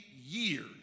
years